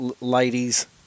ladies